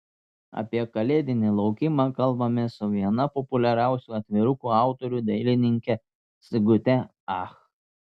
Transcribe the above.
apie kalėdinį laukimą kalbamės su viena populiariausių atvirukų autorių dailininke sigute ach